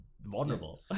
Vulnerable